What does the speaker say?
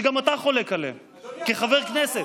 חבר הכנסת